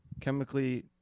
chemically